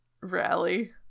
rally